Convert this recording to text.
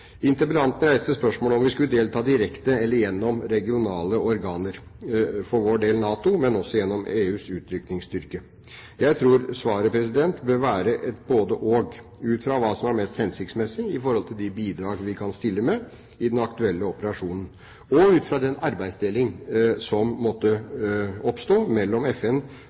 Interpellanten reiste spørsmålet om vi skulle delta direkte eller gjennom regionale organer – for vår del NATO, men også gjennom EUs utrykningsstyrke. Jeg tror svaret bør være et både–og, ut fra hva som er mest hensiktsmessig i forhold til de bidrag vi kan stille med i den aktuelle operasjonen, og ut fra den arbeidsdeling som måtte oppstå mellom FN